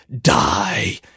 Die